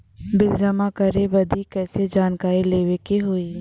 Bill जमा करे बदी कैसे जानकारी लेवे के होई?